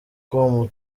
com